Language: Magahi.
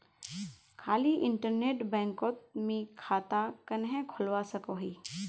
खाली इन्टरनेट बैंकोत मी खाता कन्हे खोलवा सकोही?